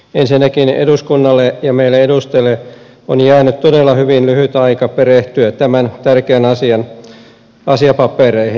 ensinnäkin eduskunnalle ja meille edustajille on jäänyt todella hyvin lyhyt aika perehtyä tämän tärkeän asian asiapapereihin